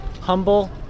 humble